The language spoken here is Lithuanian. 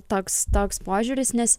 toks toks požiūris nes